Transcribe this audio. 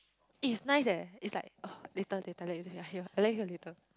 eh is nice eh is like ugh later later I let you hear I let you hear later